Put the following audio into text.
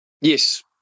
yes